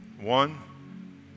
One